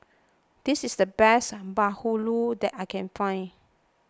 this is the best Bahulu that I can find